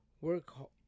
Work